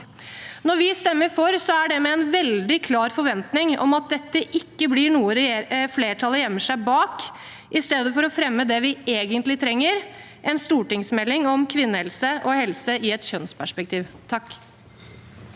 Når vi stemmer for, er det med en veldig klar forventning om at dette ikke blir noe flertallet gjemmer seg bak, i stedet for å fremme det vi egentlig trenger: en stortingsmelding om kvinnehelse og helse i et kjønnsperspektiv.